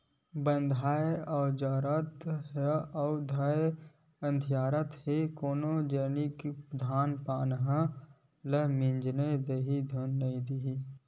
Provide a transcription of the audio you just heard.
बंधाए अजोरत हे अउ धाय अधियारत हे कोन जनिक धान पान ल मिजन दिही धुन नइ देही